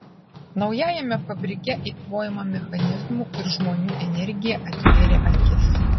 naujajame fabrike eikvojama mechanizmų ir žmonių energija atvėrė akis